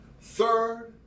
Third